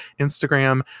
Instagram